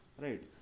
right